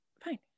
fine